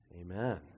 Amen